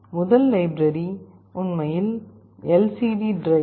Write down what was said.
முதல் லைப்ரரி உண்மையில் LCD driver